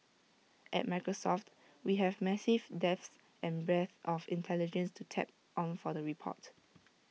at Microsoft we have massive depth and breadth of intelligence to tap on for the report